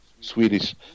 Swedish